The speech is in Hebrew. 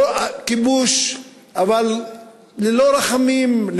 כיבוש אבל ללא רחמים,